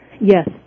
Yes